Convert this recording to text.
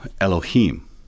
Elohim